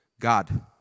God